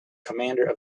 commander